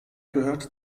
gehört